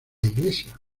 iglesia